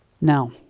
Now